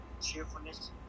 cheerfulness